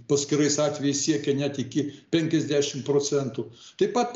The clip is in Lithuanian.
paskirais atvejais siekia net iki penkiasdešim procentų taip pat